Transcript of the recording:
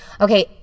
okay